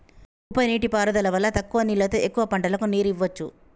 ఉప నీటి పారుదల వల్ల తక్కువ నీళ్లతో ఎక్కువ పంటలకు నీరు ఇవ్వొచ్చు